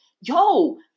yo